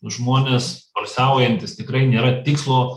žmonės poilsiaujantys tikrai nėra tikslo